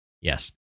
yes